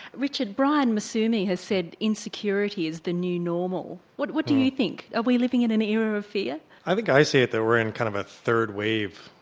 richard brian massumi has said insecurity is the new normal, what what do you think? are we living in an era of fear? i think i see it that we're in a kind of ah third wave,